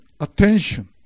attention